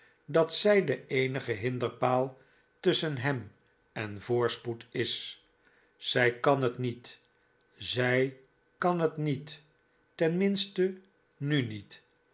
dat zij de eenige hinderpaal tusschen hem en voorspoed is zij kan het niet zij kan het niet ten minste nu niet